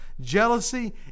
jealousy